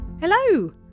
Hello